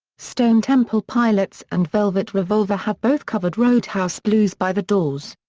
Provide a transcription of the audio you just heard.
stone temple pilots and velvet revolver have both covered roadhouse blues by the doors.